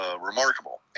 Remarkable